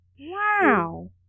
Wow